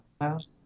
house